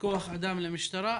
כוח אדם למשטרה,